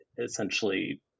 essentially